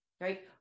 right